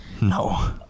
No